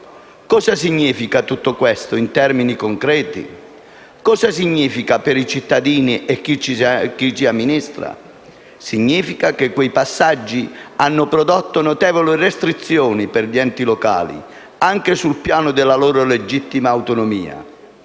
Cosa significa tutto questo in termini concreti? Cosa significa per i cittadini e per chi ci amministra? Significa che quei passaggi hanno prodotto notevoli restrizioni per gli enti locali anche sul piano della loro legittima autonomia.